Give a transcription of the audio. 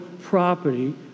property